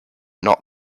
not